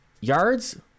yards